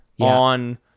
on